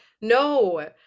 no